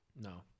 No